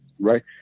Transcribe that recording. right